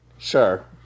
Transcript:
Sure